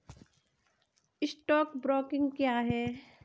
Stock broking क्या है?